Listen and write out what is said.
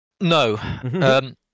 No